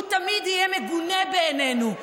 הוא תמיד יהיה מגונה בעינינו,